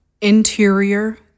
Interior